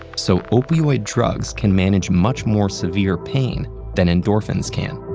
so opioid drugs can manage much more severe pain than endorphins can.